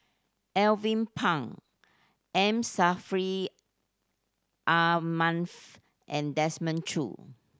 Alvin Pang M Saffri Ah Manaf and Desmond Choo